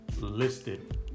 listed